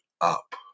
up